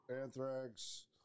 Anthrax